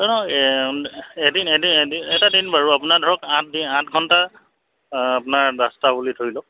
এদিন এদিন এটা দিন বাৰু আপোনাৰ ধৰক আঠ দি আঠ ঘণ্টা আপোনাৰ ৰাস্তা বুলি ধৰি লওক